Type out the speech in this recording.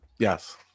Yes